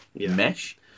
mesh